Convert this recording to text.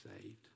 saved